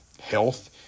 health